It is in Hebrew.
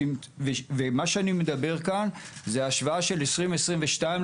אני מדבר כאן על השוואה בין השנים 2021 - 2022,